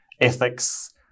ethics